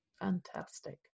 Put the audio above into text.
fantastic